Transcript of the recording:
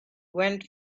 went